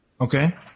Okay